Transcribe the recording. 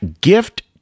gift